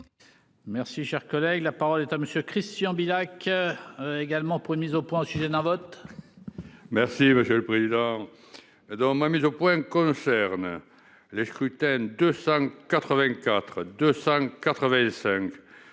Merci, cher collègue, la parole est à monsieur Christian Vilac. Également pour une mise au point, sujet d'un vote. Merci monsieur le président. Dans ma mise au point concerne les scrutins. 284 285.